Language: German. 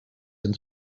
ein